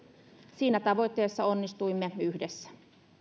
siinä tavoitteessa onnistuimme yhdessä